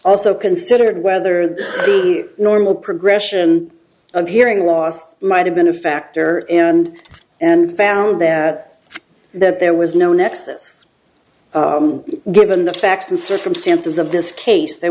also considered whether the normal progression of hearing loss might have been a factor and and found that that there was no nexus given the facts and circumstances of this case there